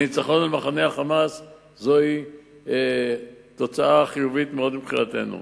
וניצחון על מחנה ה"חמאס" הוא תוצאה חיובית מאוד מבחינתנו.